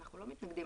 אנחנו לא מתנגדים